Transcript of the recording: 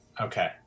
Okay